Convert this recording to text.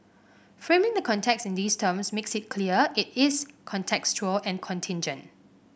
framing the context in these terms makes it clear it is contextual and contingent